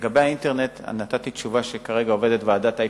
לגבי האינטרנט, נתתי תשובה שכרגע עובדת ועדת IPTV,